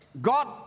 God